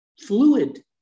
fluid